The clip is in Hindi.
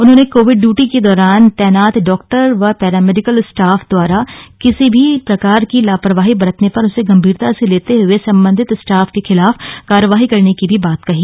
उन्होंने कोविड ड्यूटी के दौरान तैनात डॉक्टरं व पैरामेडिकल स्टाफ द्वारा किसी भी प्रकार की लापरवाही बरतने पर उसे गंभीरता से लेते हुए सम्बन्धित स्टाफ के खिलाफ कार्यवाही करने की भी बात कही